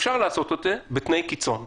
אפשר לעשות את זה בתנאי קיצון,